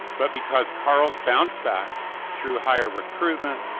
but because corals bounce back through higher recruitment,